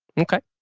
okay.